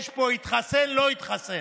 יש פה: התחסן, לא התחסן.